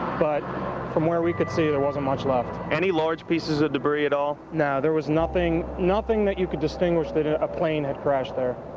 but from where we can see there wasn't much left. any large pieces of debris at all? no, there was nothing. nothing, that you can distinguish that a ah plane had crashed there.